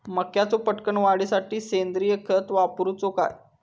मक्याचो पटकन वाढीसाठी सेंद्रिय खत वापरूचो काय?